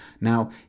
Now